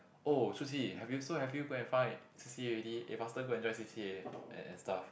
oh shu qi have you so have you go and find C_C_A already eh faster go and join C_C_A and and stuff